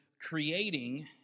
creating